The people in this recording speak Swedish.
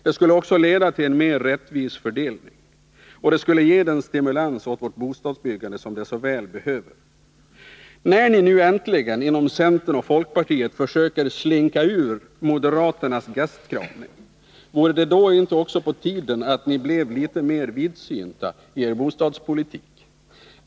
De skulle också leda till en mer rättvis fördelning, och det skulle ge den stimulans åt vårt bostadsbyggande som det så väl behöver. När ni nu äntligen, inom centern och folkpartiet, försöker slinka ur moderaternas gastkramning, vore det då inte också på tiden att ni blev litet mer vidsynta i er bostadspolitik?